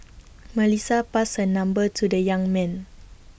Melissa passed her number to the young man